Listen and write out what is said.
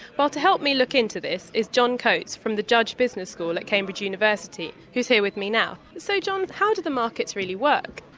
but to help me look into this is john coates from the judge business school at cambridge university who's here with now. so john, how do the markets really work?